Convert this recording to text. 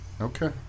Okay